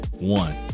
one